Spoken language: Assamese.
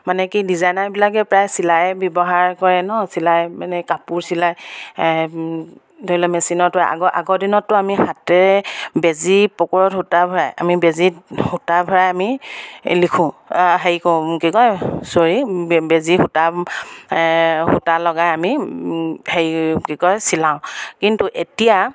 মানে কি ডিজাইনাৰবিলাকে প্ৰায় চিলাই ব্যৱহাৰ কৰে ন চিলাই মানে কাপোৰ চিলাই ধৰি লওক মেচিনতো আগৰ আগৰ দিনততো আমি হাতেৰে বেজী পকৰত সূতা ভৰাই আমি বেজিত সূতা ভৰাই আমি লিখোঁ হেৰি কৰোঁ কি কয় চৰি বেজী সূতা সূতা লগাই আমি হেৰি কি কয় চিলাওঁ কিন্তু এতিয়া